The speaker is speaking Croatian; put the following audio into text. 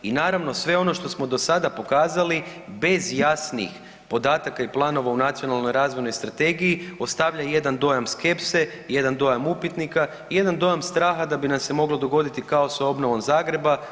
I naravno sve ono što smo do sada pokazali bez jasnih podataka i planova u Nacionalnoj razvojnoj strategiji ostavlja jedan dojam skepse, jedan dojam upitnika i jedan dojam straha da bi nam se mogao dogoditi kaos sa obnovom Zagreba.